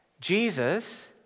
Jesus